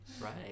Right